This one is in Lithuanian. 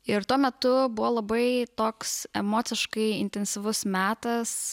ir tuo metu buvo labai toks emociškai intensyvus metas